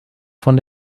von